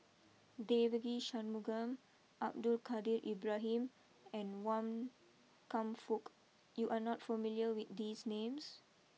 Devagi Sanmugam Abdul Kadir Ibrahim and Wan Kam Fook you are not familiar with these names